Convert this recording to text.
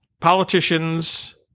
politicians